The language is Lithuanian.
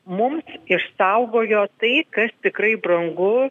mums išsaugojo tai kas tikrai brangu